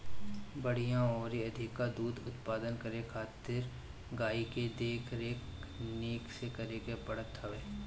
बढ़िया अउरी अधिका दूध उत्पादन करे खातिर गाई के देख रेख निक से करे के पड़त हवे